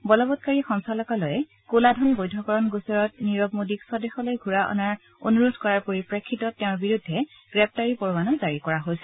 বলৱৎকাৰী সঞ্চালকালয়ে ক লাধন বৈধকৰণ গোচৰত নীৰৱ মোডীৰ স্বদেশলৈ ঘূৰাই অনাৰ অনুৰোধ কৰাৰ পৰিপ্ৰেক্ষিতত তেওঁৰ বিৰুদ্ধে গ্ৰেপ্তাৰী পৰৱানা জাৰি কৰা হৈছে